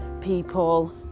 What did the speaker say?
people